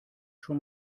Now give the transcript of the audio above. schon